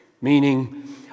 meaning